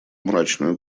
мрачную